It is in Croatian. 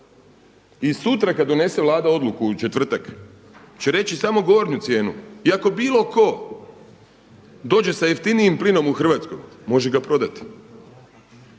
I sutra kad donese Vlada odluku u četvrtak će reći samo ugovorenu cijenu i ako bilo tko dođe sa jeftinijim plinom u Hrvatsku može ga prodati.